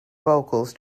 vocals